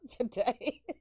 today